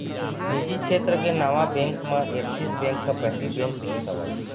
निजी छेत्र के नावा बेंक म ऐक्सिस बेंक ह पहिली बेंक रिहिस हवय